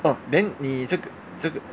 !wah! then 你这这个